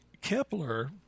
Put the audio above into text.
Kepler